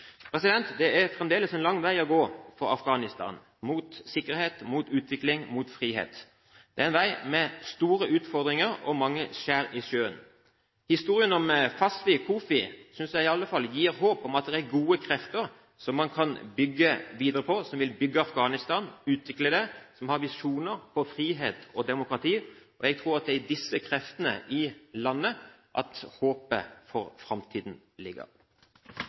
Det er fremdeles en lang vei å gå for Afghanistan mot sikkerhet, utvikling og frihet. Det er en vei med store utfordringer og mange skjær i sjøen. Historien om Fawzia Koofi synes jeg iallfall gir håp om at det er gode krefter man kan bygge videre på, som vil bygge og utvikle Afghanistan, og som har visjoner for frihet og demokrati. Jeg tror det er i disse kreftene i landet at håpet for framtiden ligger.